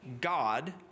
God